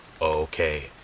Okay